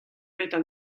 petra